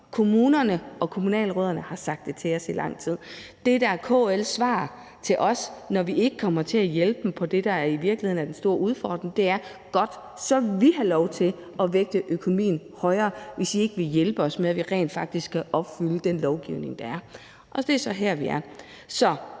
Kommunerne og kommunalrødderne har sagt det til os i lang tid. Det, der er KL's svar til os, når vi ikke kommer til at hjælpe dem med det, der i virkeligheden er den store udfordring, er: Vi vil godt have lov til at vægte økonomien højere, hvis I ikke vil hjælpe os med rent faktisk at opfylde den lovgivning, der er. Og det er så her, vi er.